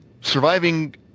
surviving